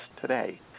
today